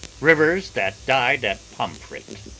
rivers that died at pomfret!